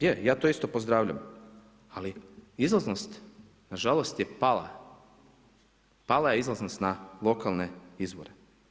Je, ja to isto pozdravljam, ali izlaznost na žalost je pala, pala je izlaznost na lokalne izbore.